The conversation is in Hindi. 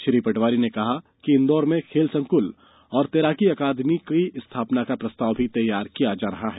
श्री पटवारी ने कहा कि इंदौर में खेल संकृत और तैराकी अकादमी की स्थापना का प्रस्ताव भी तैयार किया जा रहा है